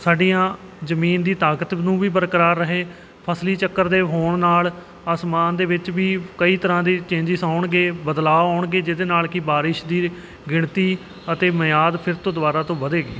ਸਾਡੀਆਂ ਜਮੀਨ ਦੀ ਤਾਕਤ ਨੂੰ ਵੀ ਬਰਕਰਾਰ ਰਹੇ ਫ਼ਸਲੀ ਚੱਕਰ ਦੇ ਹੋਣ ਨਾਲ ਅਸਮਾਨ ਦੇ ਵਿੱਚ ਵੀ ਕਈ ਤਰ੍ਹਾਂ ਦੀ ਚੇਂਜਿਸ ਆਉਣਗੇ ਬਦਲਾਉ ਆਉਣਗੇ ਜਿਹਦੇ ਨਾਲ ਕਿ ਬਾਰਿਸ਼ ਦੀ ਗਿਣਤੀ ਅਤੇ ਮਿਆਦ ਫਿਰ ਤੋਂ ਦੁਬਾਰਾ ਤੋਂ ਵਧੇਗੀ